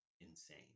insane